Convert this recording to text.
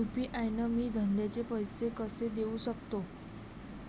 UPI न मी धंद्याचे पैसे कसे देऊ सकतो?